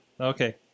Okay